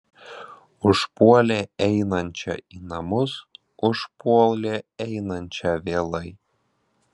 užpuolė einančią į namus užpuolė einančią vėlai